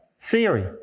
theory